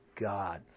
God